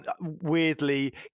weirdly